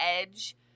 edge –